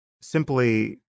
simply